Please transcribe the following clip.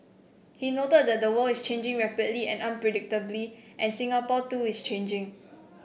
he noted that the world is changing rapidly and unpredictably and Singapore too is changing